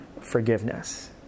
forgiveness